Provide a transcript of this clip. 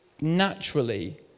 naturally